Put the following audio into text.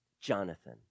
Jonathan